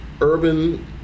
urban